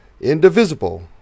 indivisible